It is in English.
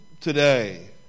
today